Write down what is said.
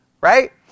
right